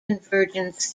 convergence